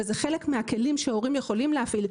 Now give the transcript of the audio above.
וזה חלק מהכלים שהורים יכולים להפעיל,